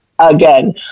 Again